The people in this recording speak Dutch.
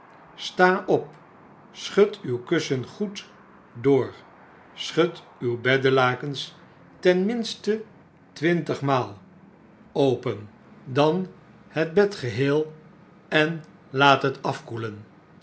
sta op schud uw kussen goed door schud uw beddenlakens ten minste twintigmaal open dan slapelooze nachten het bed geheel en laat het afkoelen